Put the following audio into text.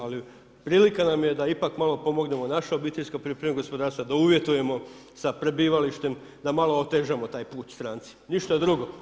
Ali prilika nam je da ipak malo pomognemo naša obiteljska poljoprivredna gospodarstva, da uvjetujemo sa prebivalištem, da malo otežamo taj put strancima ništa drugo.